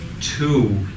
Two